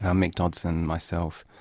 um mick dodson, myself,